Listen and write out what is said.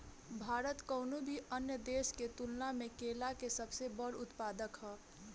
भारत कउनों भी अन्य देश के तुलना में केला के सबसे बड़ उत्पादक ह